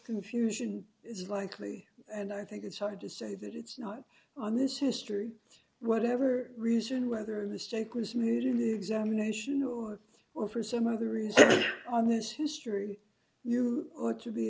confusion is likely and i think it's hard to say that it's not on this history whatever reason whether a mistake was made in the examination or or for some other reason on this history you ought to be